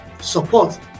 support